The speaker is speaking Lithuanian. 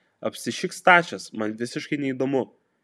apsišik stačias man visiškai neįdomu